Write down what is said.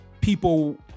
people